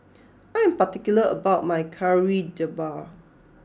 I am particular about my Kari Debal